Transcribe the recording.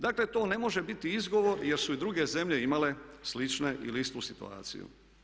Dakle, to ne može biti izgovor jer su i druge zemlje imale slične ili istu situaciju.